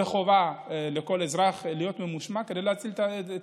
וחובה על כל אזרח להיות ממושמע כדי להציל את עצמו.